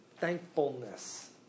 thankfulness